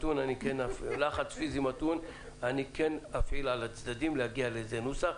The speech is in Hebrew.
לחץ פיזי מתון אני כן אפעיל על הצדדים להגיע לנוסח,